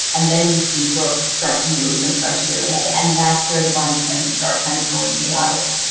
and then you see brooks start to move and start to get away. and that's where the body cameras start kind of going chaotic.